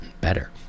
better